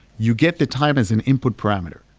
you get the time as an input parameter.